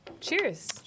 Cheers